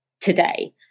today